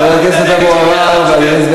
חבר הכנסת אבו עראר ואדוני סגן השר,